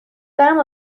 دارم